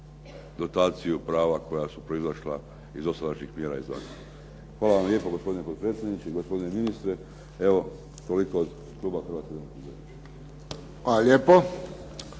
Hvala vam lijepa gospodine potpredsjedniče i gospodine ministre. Evo toliko od kluba Hrvatske demokratske